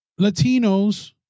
Latinos